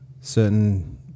certain